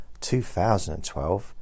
2012